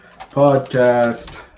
podcast